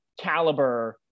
caliber